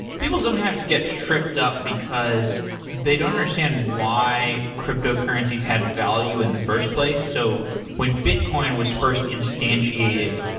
people sometimes get tripped up because they don't understand why cryptocurrencies had value in the first place. so when bitcoin was first instantiated,